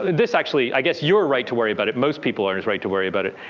this actually, i guess you're right to worry about it. most people are right to worry about it.